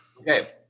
Okay